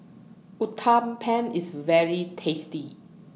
Uthapam IS very tasty